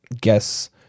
guess